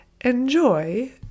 enjoy